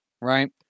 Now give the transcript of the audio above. Right